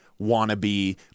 Wannabe